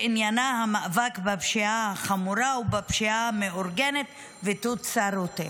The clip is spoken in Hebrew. שעניינה המאבק בפשיעה חמורה או בפשיעה מאורגנת ותוצרותיה.